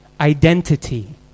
identity